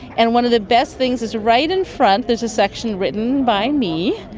and one of the best things is right in front there is a section written by me,